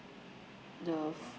the f~